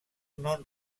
non